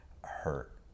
hurt